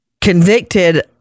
Convicted